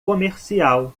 comercial